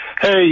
Hey